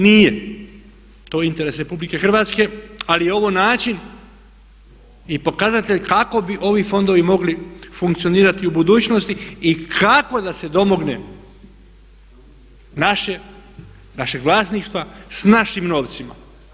Nije to interes RH ali je ovo način i pokazatelj kako bi ovi fondovi mogli funkcionirati u budućnosti i kako da se domogne našeg vlasništva s našim novcima.